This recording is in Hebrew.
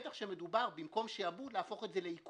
ובטח כשמדובר במקום שעבוד, להפוך את זה לעיקול.